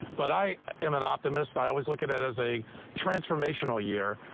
but i am an optimist i was looking at as a transformational year.